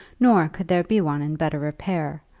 nor could there be one in better repair,